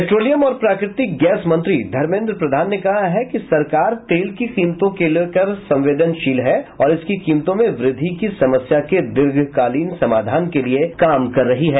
petroleum और प्राकृतिक gas मंत्री धर्मेन्द्र प्रधान ने कहा है कि सरकार तेल की कीमतों के लिए संवेदनशील है और इसकी कीमतों में वृद्धि की समस्या के दीर्घकालीन समाधान के लिए काम कर रही है